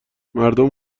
مردم